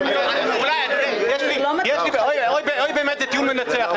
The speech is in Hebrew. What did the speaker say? "אוי באמת" זה טיעון מנצח.